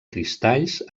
cristalls